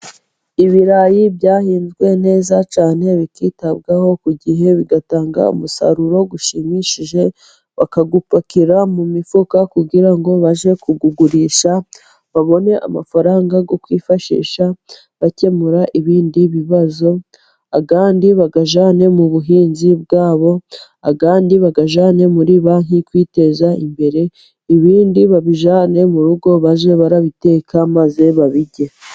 Ibirayi byahinzwe neza cyane bikitabwaho ku gihe, bigatanga umusaruro ushimishije, bakawupakira mu mifuka kugira ngo bajye kuwugurisha, babone amafaranga yo kwifashisha bakemura ibindi bibazo, ayandi bayajyane mu buhinzi bwabo, ayandi bayajyane muri banki kwiteza imbere, ibindi babijyane mu rugo bajye barabiteka maze babirye.